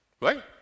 right